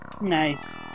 nice